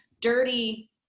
dirty